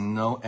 no